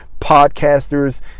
podcasters